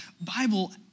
Bible